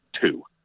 two